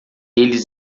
eles